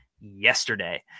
yesterday